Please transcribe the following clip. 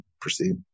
proceed